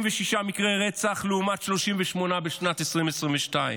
66 מקרי רצח לעומת 38 בשנת 2022,